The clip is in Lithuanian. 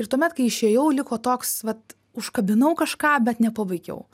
ir tuomet kai išėjau liko toks vat užkabinau kažką bet nepabaigiau